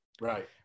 Right